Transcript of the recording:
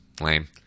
Lame